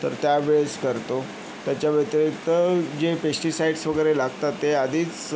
तर त्या वेळेस करतो त्याच्याव्यतिरिक्त जे पेस्टीसाईडस वगैरे लागतात ते आधीच